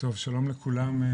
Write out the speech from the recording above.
טוב שלום לכולם,